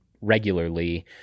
regularly